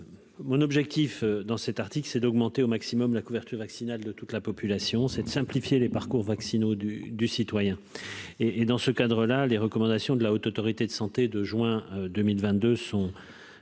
Mon objectif dans cet article, c'est d'augmenter au maximum la couverture vaccinale de toute la population c'est de simplifier les parcours vaccinaux du du citoyen et et dans ce cadre-là, les recommandations de la Haute autorité de santé de juin 2022 sont